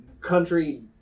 country